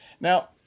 Now